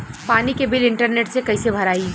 पानी के bill internet से कइसे भराई?